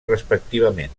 respectivament